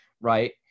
right